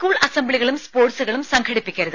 school അസംബ്ലികളും സ്പോർട്സുകളും സംഘടിപ്പിക്കരുത്